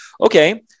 okay